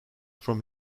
from